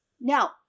Now